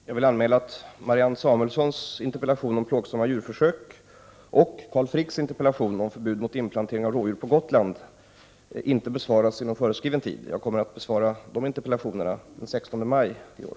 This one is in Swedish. Herr talman! Jag vill anmäla att Marianne Samuelssons interpellation om plågsamma djurförsök och Carl Fricks interpellation om förbud mot inplantering av rådjur på Gotland på grund av arbetsbelastning inte kommer att besvaras inom föreskriven tid. Jag kommer att besvara dessa interpellationer den 16 maj i år.